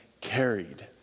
carried